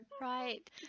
right